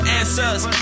answers